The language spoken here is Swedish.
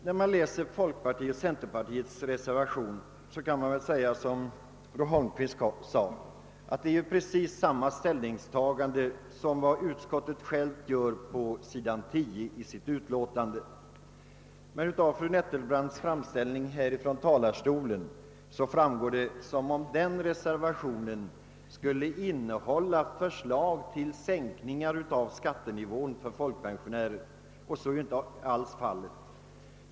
När man läser folkpartiets och centerpartiets reservation kan man, som fru Holmqvist framhöll, inte finna annat än att där görs precis samma ställningstagande som utskottet har gjort på s. 10 i sitt utlåtande. Av fru Nettelbrandts framställning i talarstolen verkade det som om reservationen innehöll förslag till sänkningar av skattenivån för folkpensionärer, och så är inte alls fallet.